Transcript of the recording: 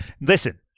Listen